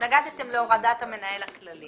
התנגדתם להורדת המנהל הכללי.